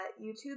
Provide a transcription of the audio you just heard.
YouTube